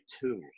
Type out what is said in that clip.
two